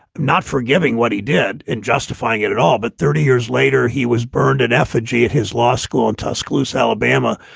not forgiving what he did and justifying it at all. but thirty years later, he was burned in effigy at his law school in tuscaloosa, alabama,